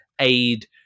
aid